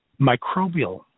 microbial